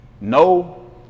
No